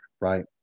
right